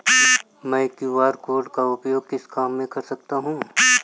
मैं QR code का उपयोग किस काम में कर सकता हूं?